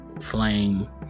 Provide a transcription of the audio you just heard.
flame